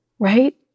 right